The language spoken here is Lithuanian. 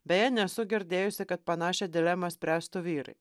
beje nesu girdėjusi kad panašią dilemą spręstų vyrai